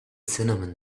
cinnamon